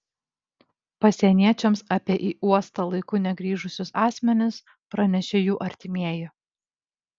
pasieniečiams apie į uostą laiku negrįžusius asmenis pranešė jų artimieji